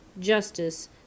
Justice